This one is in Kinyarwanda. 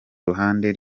ruhande